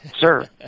sir